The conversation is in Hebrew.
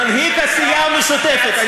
מנהיג הסיעה המשותפת.